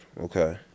okay